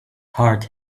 heart